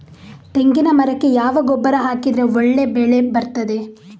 ತೆಂಗಿನ ಮರಕ್ಕೆ ಯಾವ ಗೊಬ್ಬರ ಹಾಕಿದ್ರೆ ಒಳ್ಳೆ ಬೆಳೆ ಬರ್ತದೆ?